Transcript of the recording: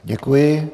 Děkuji.